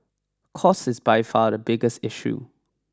cost is by far the biggest issue